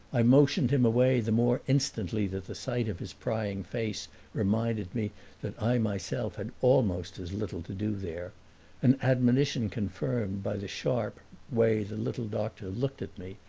i motioned him away the more instantly that the sight of his prying face reminded me that i myself had almost as little to do there an admonition confirmed by the sharp way the little doctor looked at me,